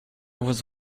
was